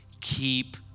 Keep